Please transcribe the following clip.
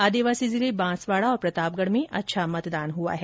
आदिवासी जिले बांसवाड़ा और प्रतापगढ़ में अच्छा मतदान हुआ है